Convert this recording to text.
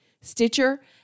Stitcher